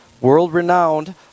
world-renowned